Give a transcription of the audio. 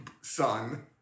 son